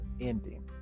ending